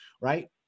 right